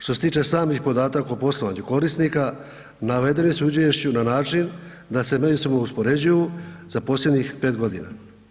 Što se tiče samih podataka o poslovanju korisnika navedene su u izvješću na način da se međusobno uspoređuju za posljednjih 5 godina.